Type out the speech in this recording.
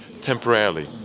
temporarily